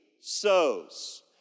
sows